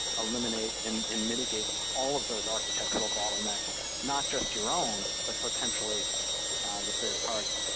eliminate, and and mitigate all of those architectural bottlenecks not just your own, but potentially the third party.